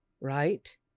right